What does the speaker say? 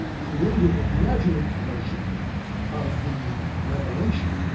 creative, imaginative notion of the revelation,